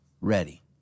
Ready